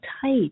tight